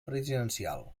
presidencial